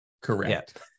correct